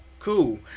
Cool